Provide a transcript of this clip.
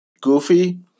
goofy